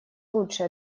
лучше